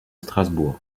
strasbourg